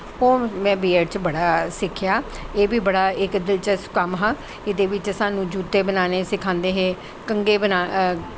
ओह् में B Ed बिच्च बड़ा सिक्खेआ एह् बड़ा इक दिलचस्ब कम्म हा एह्दे बिच्च सानूं जूते बनाने सखांदे हे कंघे बनाने